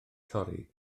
torri